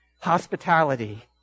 hospitality